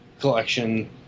collection